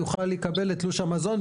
יוכל לקבל את תלוש המזון.